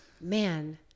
man